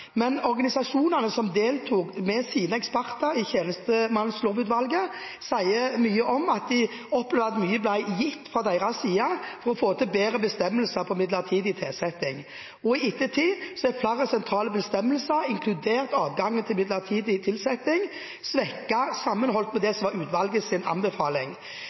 men organisasjonene som deltok med sine eksperter i tjenestemannslovutvalget, sier de opplevde at mye ble gitt fra deres side for å få til bedre bestemmelser for midlertidig tilsetting. I ettertid er flere sentrale bestemmelser, inkludert adgang til midlertidig tilsetting, svekket – sammenholdt med det som var utvalgets anbefaling.